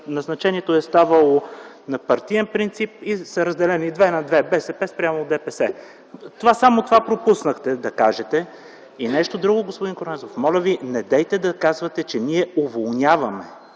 назначението е ставало на партиен принцип и са разделени две на две: БСП спрямо ДПС. Само това пропуснахте да кажете. И нещо друго, господин Корнезов, моля Ви, недейте да казвате, че ние уволняваме.